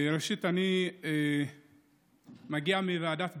ראשית, אני מגיע עכשיו מוועדת הבריאות,